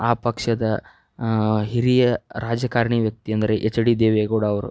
ಆ ಪಕ್ಷದ ಹಿರಿಯ ರಾಜಕಾರಣಿ ವ್ಯಕ್ತಿ ಎಂದರೆ ಎಚ್ ಡಿ ದೇವೇಗೌಡ ಅವರು